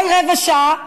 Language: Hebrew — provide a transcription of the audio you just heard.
כל רבע שעה,